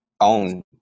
own